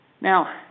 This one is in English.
Now